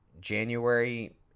January